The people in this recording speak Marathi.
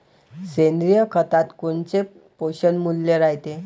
सेंद्रिय खतात कोनचे पोषनमूल्य रायते?